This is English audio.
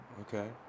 okay